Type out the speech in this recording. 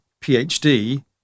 PhD